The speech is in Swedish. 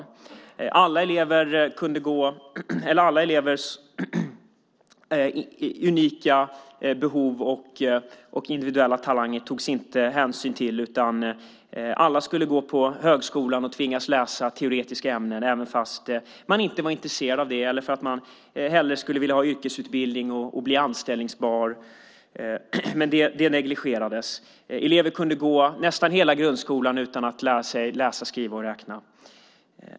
Man tog inte hänsyn till alla elevers unika behov och individuella talanger, utan alla skulle gå på högskolan och tvingas läsa teoretiska ämnen även om de inte var intresserade av det. De skulle kanske hellre vilja ha en yrkesutbildning och bli anställningsbara, men det negligerades. Elever kunde gå nästan hela grundskolan utan att lära sig läsa, skriva och räkna.